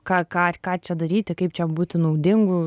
ką ką ką čia daryti kaip čia būti naudingu